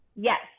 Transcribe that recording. Yes